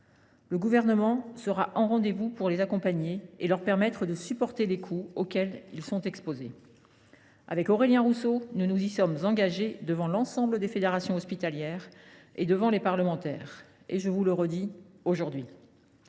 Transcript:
Le Gouvernement sera au rendez vous : il les accompagnera et leur permettra de supporter les coûts auxquels ils sont confrontés. Avec Aurélien Rousseau, nous nous y sommes engagés devant l’ensemble des fédérations hospitalières et les parlementaires ; je réitère cet engagement aujourd’hui.